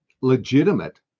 legitimate